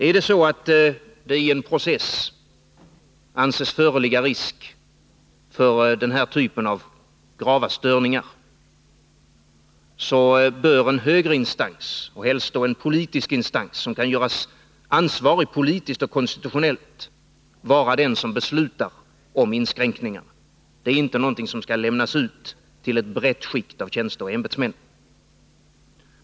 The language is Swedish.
Om det vid en process anses föreligga risk för denna typ av grava störningar bör en högre instans, och helst då en politisk instans som kan göras ansvarig politiskt och konstitutionellt, vara den som beslutar om inskränkningarna. Det är inte någonting som skall lämnas ut till ett brett skikt av tjänsteoch ämbetsmän.